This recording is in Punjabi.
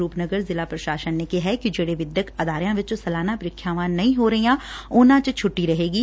ਰੂਪ ਨਗਰ ਜ਼ਿਲ੍ਹਾ ਪ੍ਸ਼ਾਸਨ ਨੇ ਕਿਹੈ ਕਿ ਜਿਹੜੇ ਵਿਦਿਅਕ ਅਦਾਰਿਆਂ ਵਿਚ ਸਾਲਾਨਾ ਪ੍ਰੀਖਿਆਵਾਂ ਨਹੀਂ ਹੋ ਰਹੀਆਂ ਉਨੂਾਂ ਚ ਛੁੱਟੀ ਰਹੇਗੀ